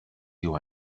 you